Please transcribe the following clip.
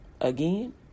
again